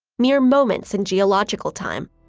near moments in geological time.